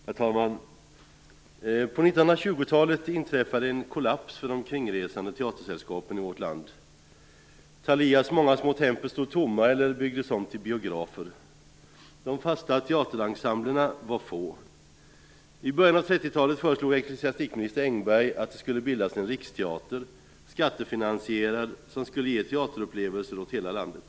Herr talman! På 1920-talet inträffade en kollaps för de kringresande teatersällskapen i vårt land. Thalias många små tempel stod tomma eller byggdes om till biografer. De fasta teaterensemblerna var få. I början av 30-talet föreslog ecklesiastikminister Engberg att det skulle bildas en riksteater, skattefinansierad, som skulle ge teaterupplevelser åt hela landet.